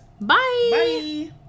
Bye